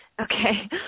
Okay